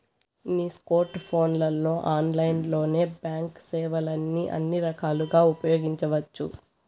నీ స్కోర్ట్ ఫోన్లలో ఆన్లైన్లోనే బాంక్ సేవల్ని అన్ని రకాలుగా ఉపయోగించవచ్చు